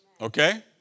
Okay